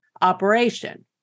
operation